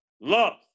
Love